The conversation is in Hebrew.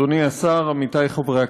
אדוני השר, עמיתי חברי הכנסת,